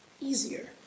easier